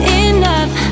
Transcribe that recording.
enough